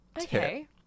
Okay